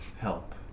help